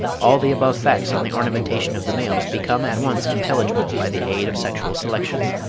all the above facts on the ornamentation of the males become at once intelligible by the aid of sexual selection.